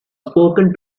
spoken